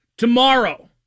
tomorrow